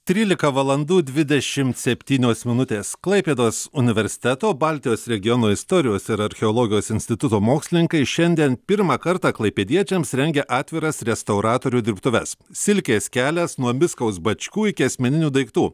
trylika valandų dvidešimt septynios minutės klaipėdos universiteto baltijos regiono istorijos ir archeologijos instituto mokslininkai šiandien pirmą kartą klaipėdiečiams rengia atviras restauratorių dirbtuves silkės kelias nuo bickaus bačkių iki asmeninių daiktų